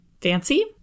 Fancy